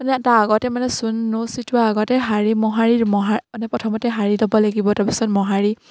মানে তাৰ আগতে মানে চূণ চটিওৱাৰ আগতে মানে প্ৰথমতে সাৰি ল'ব লাগিব তাৰপিছত মোহাৰি